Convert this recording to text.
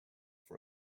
for